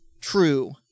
true